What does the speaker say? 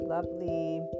lovely